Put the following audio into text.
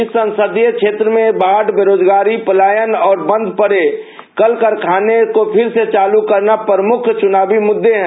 इस संसदीय क्षेत्र में बाढ़ बेरोजगारी पलायन और बंद पड़े कल कारखाने को फिर से चालू करना प्रमुख चुनावी मुद्दे हैं